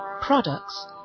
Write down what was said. products